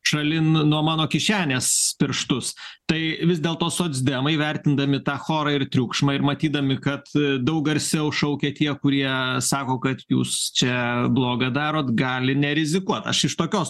šalin nuo mano kišenės pirštus tai vis dėlto socdemai vertindami tą chorą ir triukšmą ir matydami kad daug garsiau šaukia tie kurie sako kad jūs čia bloga darot gali nerizikuot aš iš tokios